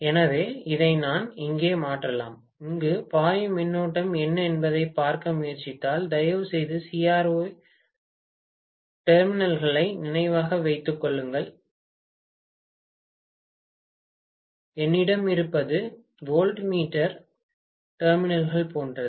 எனவே இதை நான் இங்கே மாற்றலாம் இங்கு பாயும் மின்னோட்டம் என்ன என்பதைப் பார்க்க முயற்சித்தால் தயவுசெய்து CRO டெர்மினல்களை நினைவில் வைத்துக் கொள்ளுங்கள் என்னிடம் இருப்பது வோல்ட்மீட்டர் டெர்மினல்கள் போன்றது